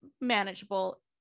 manageable